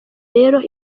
rero